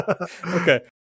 Okay